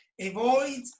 Avoid